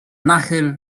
nachyl